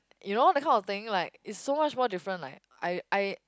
you know that kind of thing like it's so much more different like I I